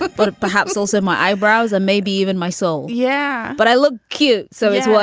but but perhaps also my eyebrows or maybe even my soul. yeah. but i look cute so it's what?